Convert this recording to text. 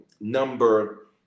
number